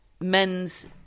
men's